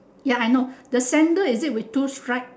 ya I know the sandal is it with two stripe